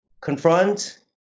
confront